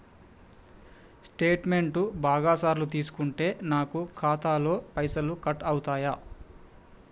Statement బాగా సార్లు తీసుకుంటే నాకు ఖాతాలో పైసలు కట్ అవుతయా?